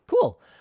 cool